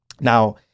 Now